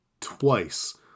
twice